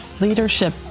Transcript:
Leadership